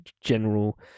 general